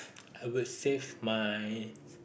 I would save my